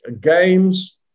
games